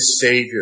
Savior